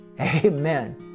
Amen